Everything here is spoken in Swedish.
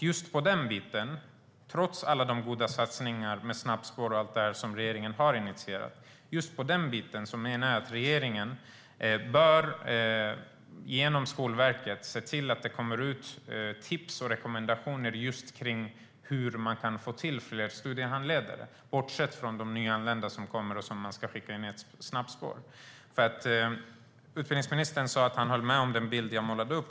Just i den delen - trots alla de goda satsningar med snabbspår och allt detta som regeringen har initierat - menar jag att regeringen genom Skolverket bör se till att det kommer ut tips och rekommendationer på hur man kan få till fler studiehandledare, bortsett från de nyanlända som kommer och som man ska skicka in i ett snabbspår. Utbildningsministern sa att han höll med om den bild som jag målade upp.